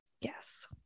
Yes